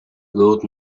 lord